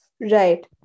Right